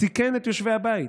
סיכן את יושבי הבית.